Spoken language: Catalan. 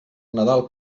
nadal